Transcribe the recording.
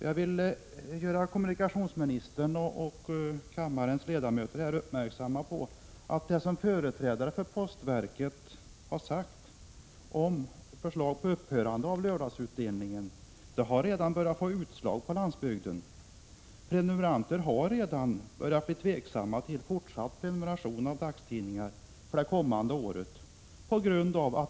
Jag vill göra kommunikationsministern och kammarens ledamöter uppmärksamma på att det som företrädare för postverket sagt om förslag om upphörande av lördagsutdelningen redan har gett utslag på landsbygden. Prenumeranter på dagstidningar har redan börjat bli tveksamma till fortsatt prenumeration under det kommande året.